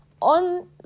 on